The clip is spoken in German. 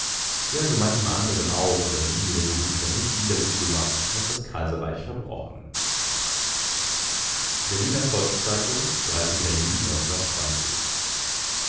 so manchem anderen hat auch an ihm die republik noch nicht wieder gutgemacht was das kaiserreich verbrochen berliner volks-zeitung juli